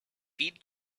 feed